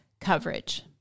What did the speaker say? coverage